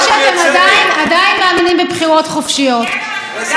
חברי הכנסת את מפלגה סקטוריאלית בתוך קואליציה.